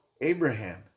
Abraham